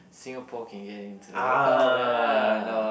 Singapore can get into the World Cup ya